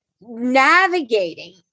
navigating